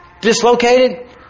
dislocated